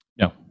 No